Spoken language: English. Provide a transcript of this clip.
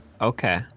okay